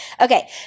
Okay